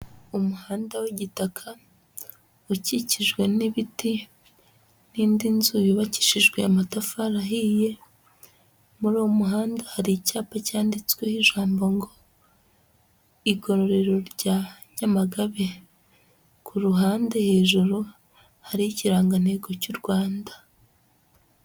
Umuhanda w'igitaka ukikijwe n'ibiti n'indi nzu yubakishijwe amatafari ahiye, muri uwo muhanda hari icyapa cyanditsweho ijambo ngo igororero rya Nyamagabe, ku ruhande hejuru hariho ikirangantego cy'u Rwanda.